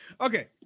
Okay